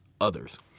others